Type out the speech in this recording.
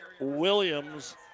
Williams